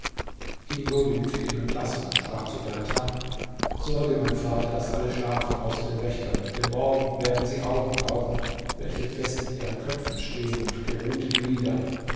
ingo winkte ihm entlassung und sprach zu berthar sorge mein vater daß alle schlafen außer den wächtern denn morgen werden sie augen brauchen welche fest in ihren köpfen stehen und geruhte glieder